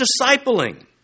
discipling